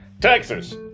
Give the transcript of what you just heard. Texas